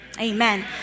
Amen